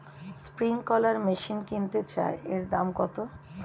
Sprinkler machine কিনতে চাই এর দাম কত?